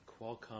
Qualcomm